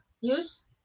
use